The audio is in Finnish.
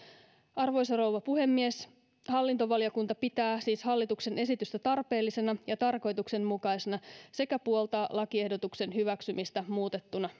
arvoisa rouva puhemies hallintovaliokunta pitää siis hallituksen esitystä tarpeellisena ja tarkoituksenmukaisena sekä puoltaa lakiehdotuksen hyväksymistä muutettuna